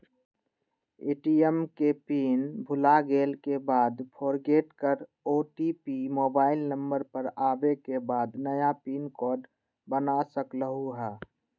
ATM के pin भुलागेल के बाद फोरगेट कर ओ.टी.पी मोबाइल नंबर पर आवे के बाद नया पिन कोड बना सकलहु ह?